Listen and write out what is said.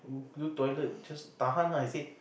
go go toilet just tahan he say